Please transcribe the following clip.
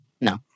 no